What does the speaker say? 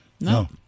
No